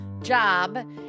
job